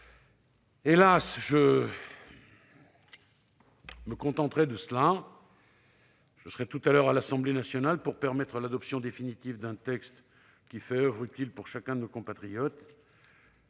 là, notamment dans la presse. Je serai tout à l'heure à l'Assemblée nationale pour permettre l'adoption définitive d'un texte qui fait oeuvre utile pour chacun de nos compatriotes.